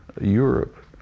Europe